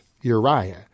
Uriah